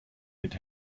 mit